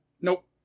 Nope